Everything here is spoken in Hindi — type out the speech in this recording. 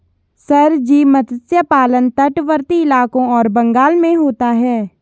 सर जी मत्स्य पालन तटवर्ती इलाकों और बंगाल में होता है